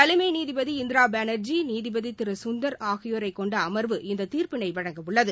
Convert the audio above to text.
தலைமை நீதிபதி இந்திரா பானா்ஜி நீதிபதி திரு சுந்தர் ஆகியோரைக் கொண்ட அமா்வு இந்த தீர்ப்பினை வழங்க உள்ளது